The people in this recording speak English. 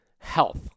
health